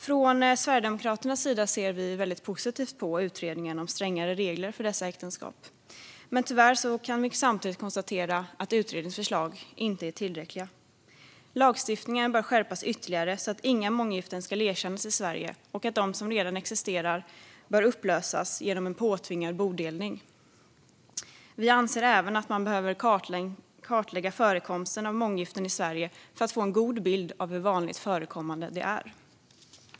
Från Sverigedemokraternas sida ser vi väldigt positivt på utredningen om strängare regler för dessa äktenskap. Men tyvärr kan vi samtidigt konstatera att utredningens förslag inte är tillräckliga. Lagstiftningen bör skärpas ytterligare, så att inga månggiften ska erkännas i Sverige och de som redan existerar upplöses genom en påtvingad bodelning. Vi anser även att man behöver kartlägga förekomsten av månggifte i Sverige för att få en god bild av hur vanligt förekommande det är.